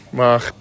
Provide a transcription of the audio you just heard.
maar